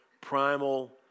primal